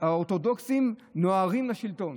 האורתודוקסים נוהרים לשלטון.